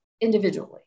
individually